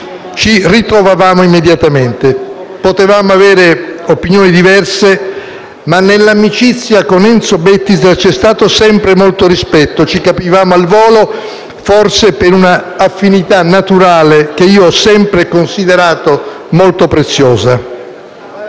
ci ritrovavamo immediatamente. Potevamo avere opinioni diverse, ma nell'amicizia con Enzo Bettiza c'è stato sempre molto rispetto, ci capivamo al volo, forse per un'affinità naturale che io ho sempre considerato molto preziosa.